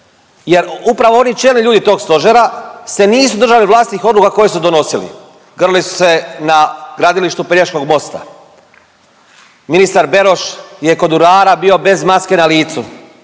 Jer upravo oni čelni ljudi tog stožera se nisu držali vlastitih odluka koje su donosili. Grlili su se na gradilištu Pelješkog mosta, ministar Beroš je kod urara bio bez maske na licu,